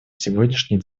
сегодняшний